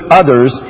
others